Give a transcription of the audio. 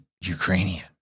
Ukrainian